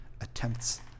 attempts